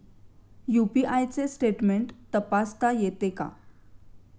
UPI चे statement तपासता येते का?